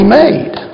made